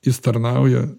jis tarnauja